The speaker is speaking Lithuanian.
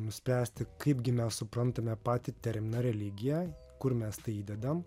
nuspręsti kaipgi mes suprantame patį terminą religija kur mes tai įdedam